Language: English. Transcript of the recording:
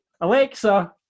Alexa